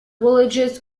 villages